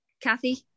Kathy